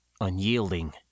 unyielding